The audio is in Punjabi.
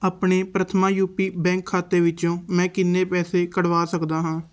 ਆਪਣੇ ਪ੍ਰਥਮਾ ਯੂਪੀ ਬੈਂਕ ਖਾਤੇ ਵਿੱਚੋਂ ਮੈਂ ਕਿੰਨੇ ਪੈਸੇ ਕਢਵਾ ਸਕਦਾ ਹਾਂ